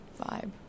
vibe